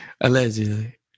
allegedly